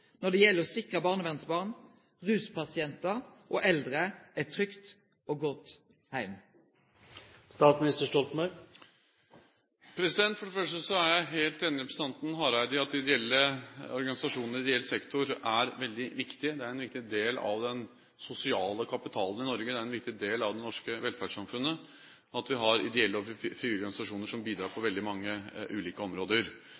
når det gjeld å sikre barnevernsbarn, ruspasientar og eldre ein trygg og god heim? For det første er jeg helt enig med representanten Hareide i at de ideelle organisasjonene og ideell sektor er veldig viktig – det er en viktig del av den sosiale kapitalen i Norge, det er en viktig del av det norske velferdssamfunnet, at vi har ideelle og frivillige organisasjoner som bidrar på veldig mange ulike områder.